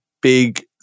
big